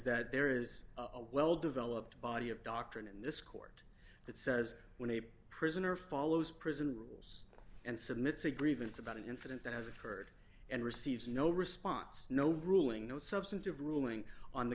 that there is a well developed body of doctrine in this court that says when a prisoner follows prison rules and submits a grievance about an incident that has occurred and receives no response no ruling no substantive ruling on the